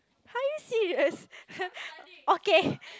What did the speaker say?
are you serious okay